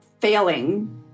failing